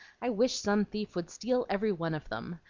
i wish some thief would steal every one of them.